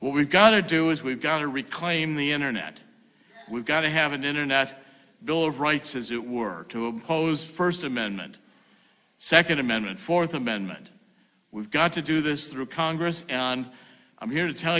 we've got to do is we've got to reclaim the internet we've got to have an internet bill of rights is it work to oppose first amendment second amendment fourth amendment we've got to do this through congress on i'm here to tell